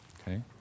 Okay